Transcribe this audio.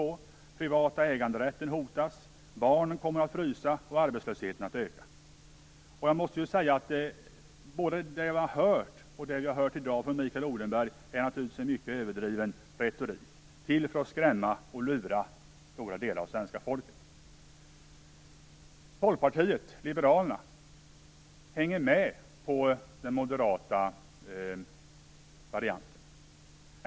Den privata äganderätten hotas. Barnen kommer att frysa och arbetslösheten att öka. Både den retorik vi har hört tidigare och den vi har hört i dag från Mikael Odenberg är naturligtvis mycket överdriven. Den är till för att skrämma och lura stora delar av svenska folket. Folkpartiet liberalerna hänger med på den moderata varianten.